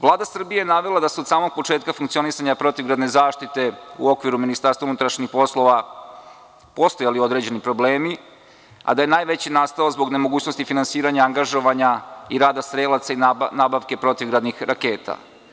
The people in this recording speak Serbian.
Vlada Srbije je navela da se od samog početka funkcionisanja protivgradne zaštite u okviru MUP-a postojali određeni problemi, a da je najveći nastao zbog nemogućnosti finansiranja angažovanja i rada strelaca i nabavke protivgradnih raketa.